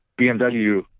BMW